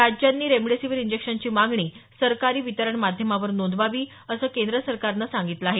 राज्यांनी रेमडेसिवीर इंजेक्शनची मागणी सरकारी वितरण माध्यमावर नोंदवावी असं केंद्र सरकारनं सांगितलं आहे